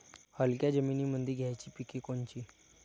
हलक्या जमीनीमंदी घ्यायची पिके कोनची?